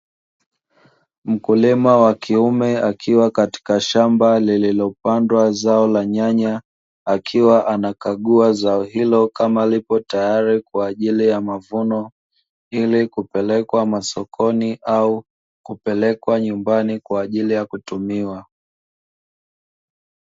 Mkulima wa kiume akiwa katika shamba lililopandwa zao la nyanya, akiwa anakagua zao hilo kama lipo tayari kwa ajili ya mavuno, ili kupelekwa masokoni au kupelekwa nyumbani kwa ajili ya kutumiwa.